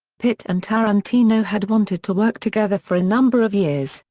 pitt and tarantino had wanted to work together for a number of years,